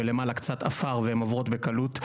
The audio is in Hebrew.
ולמעלה קצת עפר והן עוברות בקלות.